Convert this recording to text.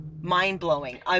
mind-blowing